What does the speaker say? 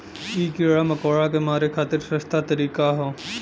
इ कीड़ा मकोड़ा के मारे खातिर सस्ता तरीका हौ